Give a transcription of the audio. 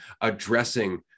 addressing